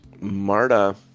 Marta